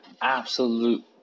absolute